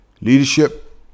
leadership